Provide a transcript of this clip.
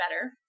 better